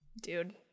dude